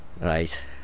Right